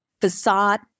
facade